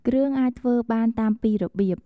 គ្រឿងអាចធ្វើបានតាមពីររបៀប។